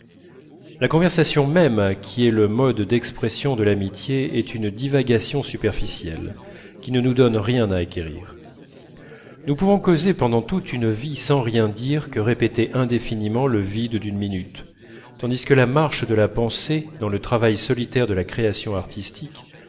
la conversation même qui est le mode d'expression de l'amitié est une divagation superficielle qui ne nous donne rien à acquérir nous pouvons causer pendant toute une vie sans rien faire que répéter indéfiniment le vide d'une minute tandis que la marche de la pensée dans le travail solitaire de la création artistique